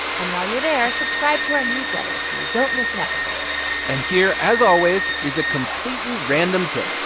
and while you're there, subscribe to our newsletter so you don't miss an episode and here, as always, is a completely random tip,